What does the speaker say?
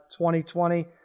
2020